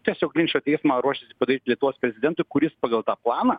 tiesiog linčo teismą ruošiasi padaryt lietuvos prezidentui kuris pagal tą planą